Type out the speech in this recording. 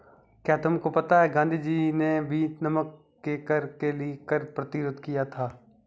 क्या तुमको पता है गांधी जी ने भी नमक के कर के लिए कर प्रतिरोध किया था